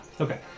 Okay